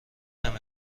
نمی